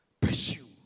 Pursue